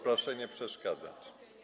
Proszę nie przeszkadzać.